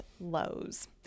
lows